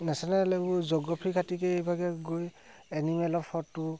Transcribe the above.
national geography এইবাগে গৈ এনিমেলৰ photo